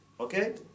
Okay